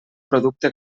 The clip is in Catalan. producte